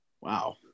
Wow